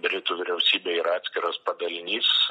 britų vyriausybėj yra atskiras padalinys